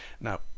Now